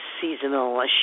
seasonal